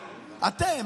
אתם,